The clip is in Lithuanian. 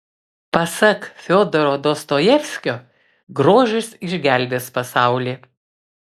pasak fiodoro dostojevskio grožis išgelbės pasaulį